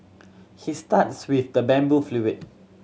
he starts with the bamboo flute